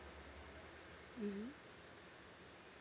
mm